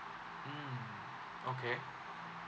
mm okay